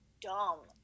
dumb